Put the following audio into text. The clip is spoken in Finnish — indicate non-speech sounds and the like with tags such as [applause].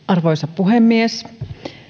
[unintelligible] arvoisa puhemies